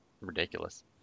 ridiculous